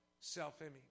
self-image